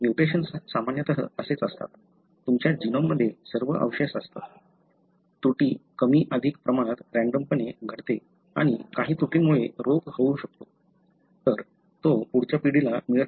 mutations सामान्यतः असेच असतात तुमच्या जीनोममध्ये सर्व अवशेष असतात त्रुटी कमी अधिक प्रमाणात रँडमपणे घडते आणि काही त्रुटींमुळे रोग होऊ शकतो तर तो पुढच्या पिढीला मिळत नाही